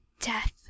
Death